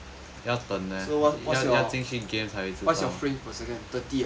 so what's your what's your frame per second thirty ah